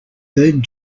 third